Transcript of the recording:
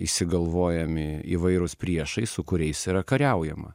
išsigalvojami įvairūs priešai su kuriais yra kariaujama